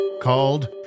called